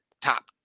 top